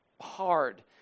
hard